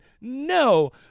No